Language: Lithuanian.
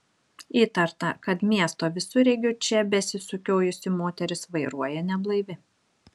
įtarta kad miesto visureigiu čia besisukiojusi moteris vairuoja neblaivi